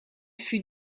fut